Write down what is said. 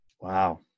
Wow